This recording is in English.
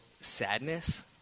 sadness